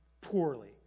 poorly